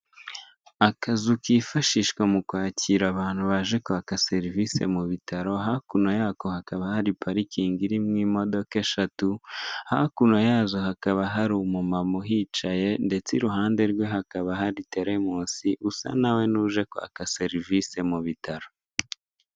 Akazu kifashishwa mukwakira abantu baje kwaka serivise mu bitaro, hakuno yako hakaba hari parikingi irim' imodok' eshatu, hakuno yazo hakaba hari umumam' uhicaye, ndetse iruhande rwe hakaba hari teremusi usa nawe n'uje kwaka serivise mu bitaro.